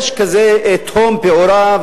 יש כזאת תהום פעורה,